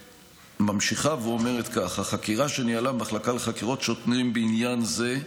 וממשיכה ואומרת כך: החקירה שניהלה המחלקה לחקירת שוטרים בעניין זה,